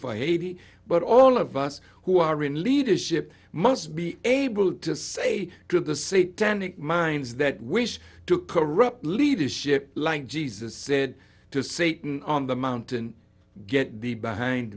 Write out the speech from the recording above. for haiti but all of us who are in leadership must be able to say to the say tannic minds that wish to corrupt leadership like jesus said to satan on the mountain get thee behind